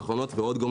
גרמו ---,